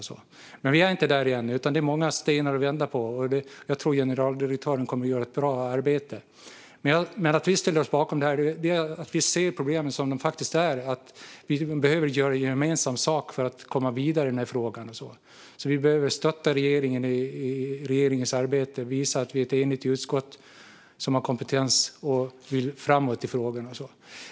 Vi är dock inte där ännu, och det finns många stenar att vända på. Jag tror att generaldirektören kommer att göra ett bra arbete. Att vi ställer oss bakom detta beror på att vi ser problemen som de faktiskt är. Vi behöver göra gemensam sak för att komma vidare i frågan. Vi behöver stötta regeringen i dess arbete och visa att vi är ett enigt utskott som har kompetens och vill komma framåt i frågorna.